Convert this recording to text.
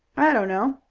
i don't know.